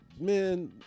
Man